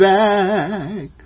back